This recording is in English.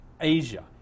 Asia